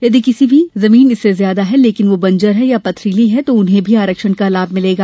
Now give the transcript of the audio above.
यदि किसी की जमीन इससे ज्यादा है लेकिन वह बंजर है या पथरीली है तो उन्हें भी आरक्षण का लाभ मिलेगा